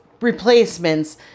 replacements